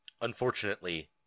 unfortunately